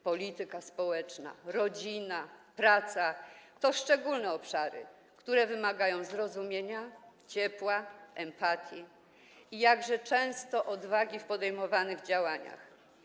Polityka społeczna, rodzina i praca to szczególne obszary, które wymagają zrozumienia, ciepła, empatii i jakże często odwagi w podejmowanych działaniach.